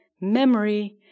memory